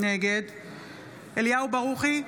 נגד אליהו ברוכי,